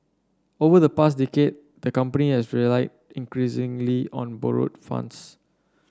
over the past decade the company has relied increasingly on borrowed funds